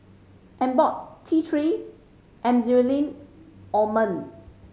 Abbott T Three Emulsying Ointment